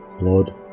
Lord